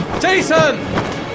Jason